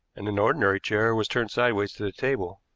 and an ordinary chair was turned sideways to the table.